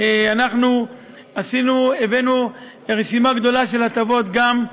אנחנו הבאנו רשימה גדולה של הטבות, גם,